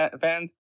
fans